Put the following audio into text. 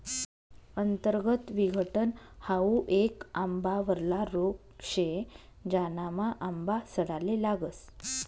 अंतर्गत विघटन हाउ येक आंबावरला रोग शे, ज्यानामा आंबा सडाले लागस